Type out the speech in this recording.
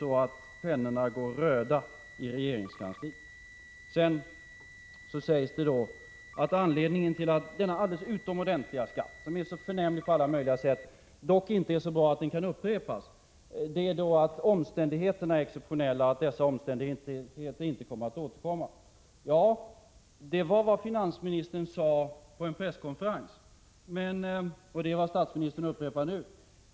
Då går väl pennorna röda i regeringskansliet. Sedan sägs att anledningen till att denna alldeles utomordentliga skatt, som är så förnämlig på alla möjliga sätt, dock inte är så bra att den kan upprepas är att omständigheterna är exceptionella och att dessa omständigheter inte återkommer. Ja, det var vad finansministern sade på en presskonferens och vad statsministern upprepar nu.